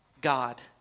God